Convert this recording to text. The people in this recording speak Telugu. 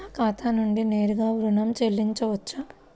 నా ఖాతా నుండి నేరుగా ఋణం చెల్లించవచ్చా?